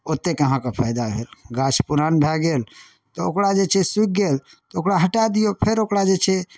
ओतेक अहाँकेँ फायदा हएत गाछ पुरान भए गेल तऽ ओकरा जे छै सूखि गेल तऽ ओकरा हटाए दियौ फेर ओकरा जे छै